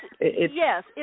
Yes